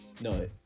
no